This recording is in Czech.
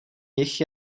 nich